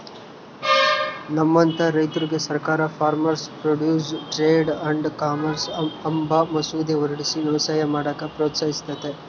ನಮ್ಮಂತ ರೈತುರ್ಗೆ ಸರ್ಕಾರ farmers produce trade and commerce ಅಂಬ ಮಸೂದೆ ಹೊರಡಿಸಿ ವ್ಯವಸಾಯ ಮಾಡಾಕ ಪ್ರೋತ್ಸಹಿಸ್ತತೆ